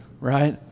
right